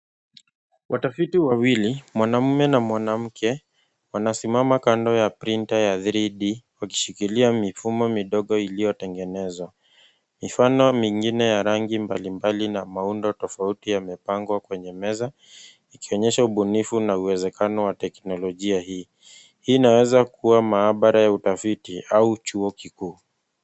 Watafiti wawili, mwanamume na mwanamke wanasimama kando ya printer ya 3D wakishikilia mifumo midogo iliyotengenezwa. Mifano mingine ya rangi mbalimbali na miundo tofauti yamepangwa kwenye meza, ikionyesha ubunifu na uwezekano wa teknologia hii. Hii inaweza kuwa maabara ya utafiti au chuo kikuu.